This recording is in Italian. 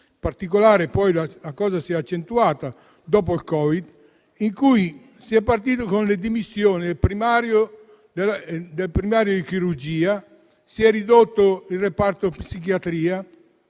In particolare, poi, la cosa si è accentuata dopo il Covid: si è partiti con le dimissioni del primario di chirurgia, si è ridotto il reparto di psichiatria,